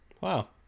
Wow